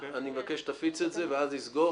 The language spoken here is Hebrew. אני מבקש שתפיץ את זה ואז נסגור.